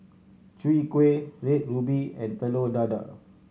Chwee Kueh Red Ruby and Telur Dadah